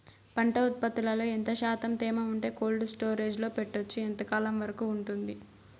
పంట ఉత్పత్తులలో ఎంత శాతం తేమ ఉంటే కోల్డ్ స్టోరేజ్ లో పెట్టొచ్చు? ఎంతకాలం వరకు ఉంటుంది